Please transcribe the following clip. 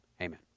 Amen